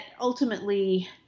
ultimately